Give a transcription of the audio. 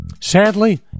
Sadly